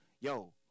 yo